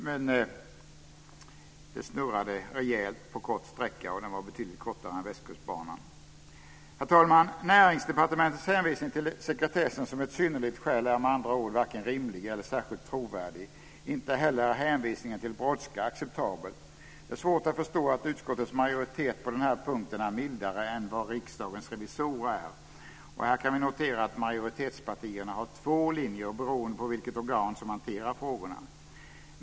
Men det snurrade rejält på kort sträcka, och den var betydligt kortare än Västkustbanan. Herr talman! Näringsdepartementets hänvisning till sekretessen som ett synnerligt skäl är med andra ord varken rimlig eller särskilt trovärdig. Inte heller är hänvisningen till brådska acceptabel. Det är svårt att förstå att utskottets majoritet på den här punkten är mildare än vad Riksdagens revisorer är. Här kan vi notera att majoritetspartierna har två linjer beroende på vilket organ som hanterar frågorna.